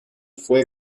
fué